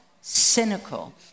cynical